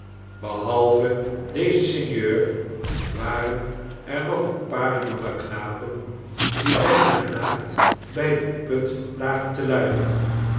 behalve deze sinjeur waren er nog een paar jonge knapen die bijna naakt bij den put lagen te luieren